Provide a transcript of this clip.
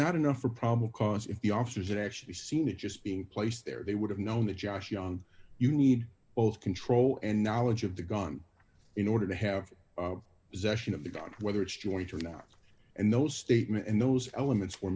not enough or probably because if the officers had actually seen it just being placed there they would have known that josh young you need both control and knowledge of the gun in order to have zeshan of the doubt whether it's joint or not and those statements and those elements were